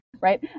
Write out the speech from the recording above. right